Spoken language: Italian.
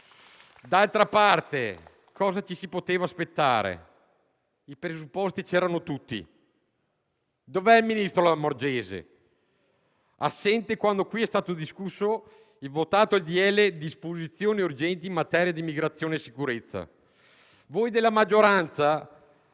D'altra parte, cosa ci si poteva aspettare? I presupposti c'erano tutti. Dove è il ministro Lamorgese, assente quando qui è stato discusso e convertito il decreto-legge recante disposizioni urgenti in materia di immigrazione e sicurezza? Voi della maggioranza